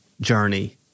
journey